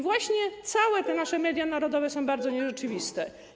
Właśnie całe nasze media narodowe są bardzo nierzeczywiste.